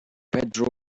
pedro